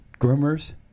groomers